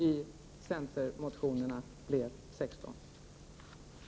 i centerns motion blev 16 miljoner.